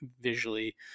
visually